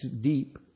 deep